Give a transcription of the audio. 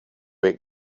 eat